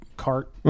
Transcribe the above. cart